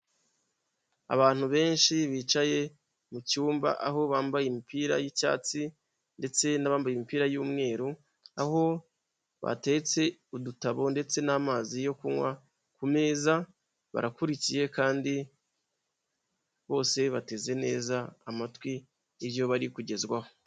Abantu benshi bicaye mu cyumba aho bambaye imipira y'icyatsi ndetse bambaye imipira y'umweru aho bateretse udutabo ndetse n'amazi yo kunywa ku meza barakurikiye kandi bose bateze neza amatwi ibyo bari kugezwaho.